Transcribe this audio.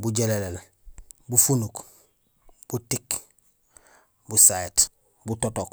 bujéléléél bufunuk, butik, busahéét, butotok.